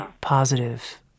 positive